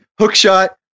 Hookshot